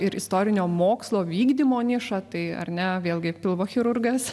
ir istorinio mokslo vykdymo nišą tai ar ne vėlgi pilvo chirurgas